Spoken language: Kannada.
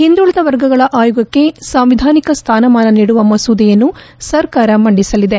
ಹಿಂದುಳಿದ ವರ್ಗಗಳ ಅಯೋಗಕ್ಕೆ ಸಾಂವಿಧಾನಿಕ ಸ್ಥಾನಮಾನ ನೀಡುವ ಮಸೂದೆಯನ್ನು ಸರ್ಕಾರ ಮಂಡಿಸಲಿದೆ